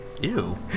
Ew